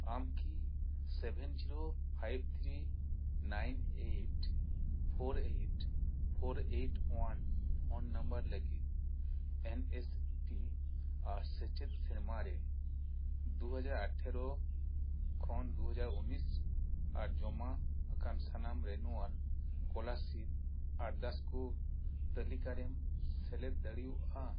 ᱟᱢ ᱠᱤ seven zero five three nine eight four eight four eight one number ᱞᱟᱹᱜᱤᱫ N S P ᱟᱨ ᱥᱮᱪᱮᱫ ᱥᱮᱨᱢᱟ ᱨᱮ ᱫᱩᱦᱟᱡᱟᱨ ᱟᱴᱷᱮᱨᱚ ᱠᱷᱚᱱ ᱫᱩᱦᱟᱡᱟᱨ ᱩᱱᱤᱥ ᱟᱨ ᱡᱚᱢᱟ ᱟᱠᱟᱱ ᱥᱟᱱᱟᱢ ᱨᱮᱱᱩᱣᱟᱞ ᱥᱠᱚᱞᱟᱨᱥᱤᱯ ᱟᱨᱫᱟᱥ ᱠᱚ ᱛᱟᱹᱞᱤᱠᱟᱨᱮᱢ ᱥᱮᱞᱮᱫ ᱫᱟᱲᱮᱭᱟᱜᱼᱟ